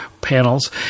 panels